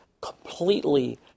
completely